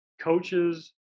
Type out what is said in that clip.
coaches